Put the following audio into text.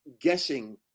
guessing